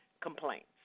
complaints